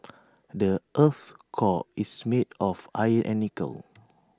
the Earth's core is made of iron and nickel